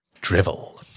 drivel